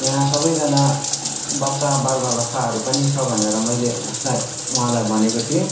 यहाँ सबैजना बच्चा बाल बालकहरू पनि छ भनेर मैले उसलाई उहाँलाई भनेको थिएँ